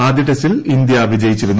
ആദ്യ ടെസ്റ്റിൽ ഇന്ത്യ വിജയിച്ചിരുന്നു